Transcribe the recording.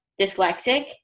dyslexic